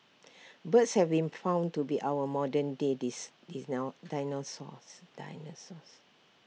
birds have been found to be our modern day dis dis no dinosaurs dinosaurs